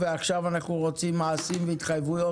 ועכשיו אנחנו רוצים מעשים והתחייבויות.